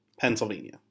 Pennsylvania